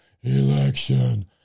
Election